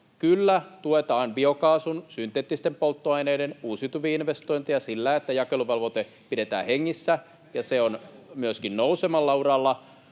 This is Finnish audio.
Kyllä, tuetaan biokaasun, synteettisten polttoaineiden, uusiutuvien investointeja sillä, että jakeluvelvoite pidetään hengissä [Juho Eerola: